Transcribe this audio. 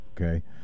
okay